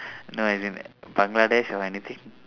no as in bangladesh or anything